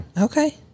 okay